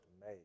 made